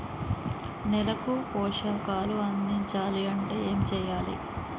నేలకు పోషకాలు అందించాలి అంటే ఏం చెయ్యాలి?